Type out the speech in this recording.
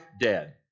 dead